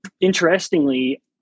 interestingly